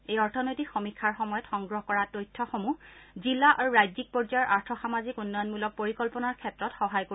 এই অৰ্থনৈতিক সমীক্ষাৰ সময়ত সংগ্ৰহ কৰা তথ্যসমূহ জিলা আৰু ৰাজ্যিক পৰ্যায়ৰ আৰ্থ সামাজিক উন্নয়নমূলক পৰিকল্পনাৰ ক্ষেত্ৰত সহায় কৰিব